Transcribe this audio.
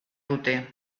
dute